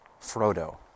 Frodo